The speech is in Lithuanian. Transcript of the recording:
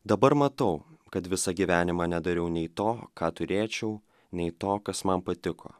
dabar matau kad visą gyvenimą nedariau nei to ką turėčiau nei to kas man patiko